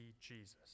Jesus